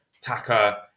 Taka